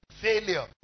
Failure